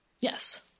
Yes